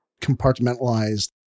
compartmentalized